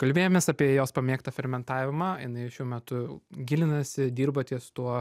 kalbėjomės apie jos pamėgtą fermentavimą jinai šiuo metu gilinasi dirba ties tuo